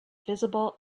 visible